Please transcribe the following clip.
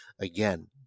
again